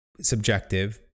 subjective